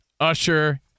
Usher